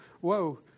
whoa